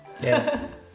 Yes